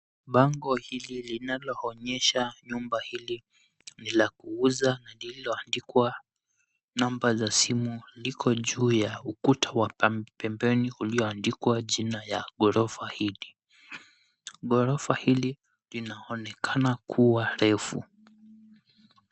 Bango hili linaloonyesha nyumba hili ni la kuuza na lililoandikwa namba za simu liko juu ya ukuta pembeni ulioandikwa jina ya ghorofa hili. Ghorofa hili linaonekana kuwa refu.